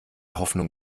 hoffnung